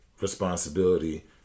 responsibility